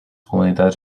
comunitats